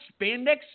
spandex